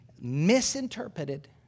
misinterpreted